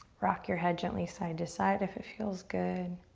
rock your head gently side to side if it feels good.